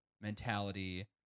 mentality